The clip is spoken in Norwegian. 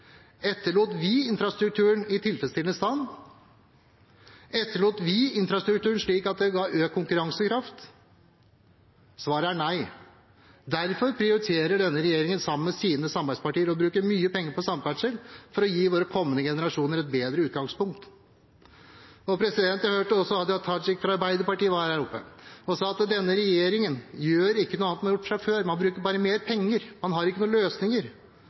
Etterlot vi infrastrukturen i tilfredsstillende stand? Etterlot vi infrastrukturen slik at det ga økt konkurransekraft? Svaret er nei. Derfor prioriterer denne regjeringen, sammen med sine samarbeidspartier, å bruke mye penger på samferdsel for å gi våre kommende generasjoner et bedre utgangspunkt. Jeg hørte at Hadia Tajik fra Arbeiderpartiet var her oppe og sa at denne regjeringen ikke gjør noe annet enn det som er gjort før. Man bruker bare mer penger, man har ingen løsninger.